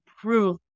prove